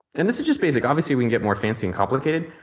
and this is just basic obviously we can get more fancy and complicated,